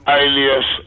alias